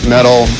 Metal